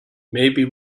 maybe